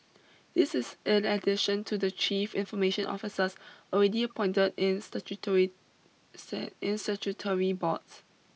this is in addition to the chief information officers already appointed in statutory in statutory boards